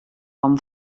com